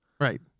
Right